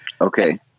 Okay